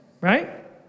right